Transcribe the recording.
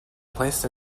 placed